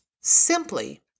simply